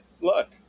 look